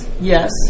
yes